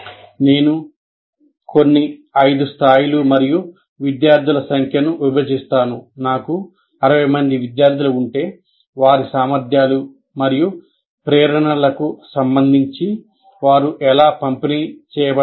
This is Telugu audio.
నేను కొన్ని 5 స్థాయిలు మరియు విద్యార్థుల సంఖ్యగా విభజిస్తాను వారి సామర్థ్యాలు మరియు ప్రేరణలకు సంబంధించి వారు ఎలా పంపిణీ చేయబడతారు